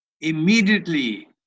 immediately